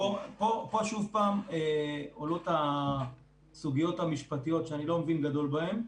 פה שוב עולות הסוגיות המשפטיות שאני לא מבין גדול בהן,